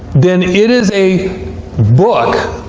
then it is a book